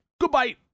Goodbye